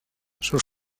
sus